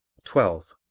twelve.